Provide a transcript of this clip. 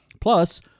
Plus